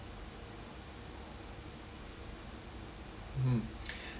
mm